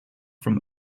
from